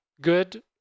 good